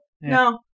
no